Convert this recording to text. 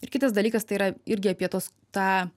ir kitas dalykas tai yra irgi apie tuos tą